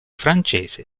francese